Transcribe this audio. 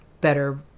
better